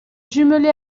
jumelé